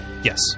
Yes